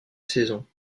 saison